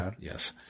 yes